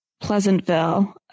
Pleasantville